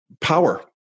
power